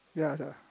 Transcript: yea